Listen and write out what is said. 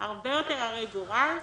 הרבה יותר הרי גורל,